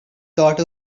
thought